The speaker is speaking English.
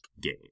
game